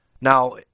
Now